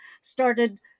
started